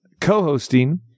co-hosting